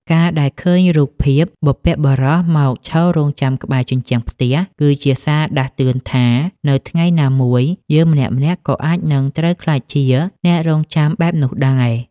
ការដែលឃើញរូបភាពបុព្វបុរសមកឈររង់ចាំក្បែរជញ្ជាំងផ្ទះ គឺជាសារដាស់តឿនថា នៅថ្ងៃណាមួយយើងម្នាក់ៗក៏អាចនឹងត្រូវក្លាយជាអ្នករង់ចាំបែបនោះដែរ។